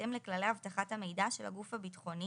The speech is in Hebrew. ובהתאם לכללי אבטחת המידע של הגוף הביטחוני